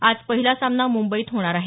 आज पहिला सामना मुंबईत होणार आहे